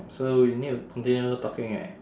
so we need to continue talking eh